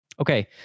okay